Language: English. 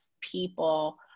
people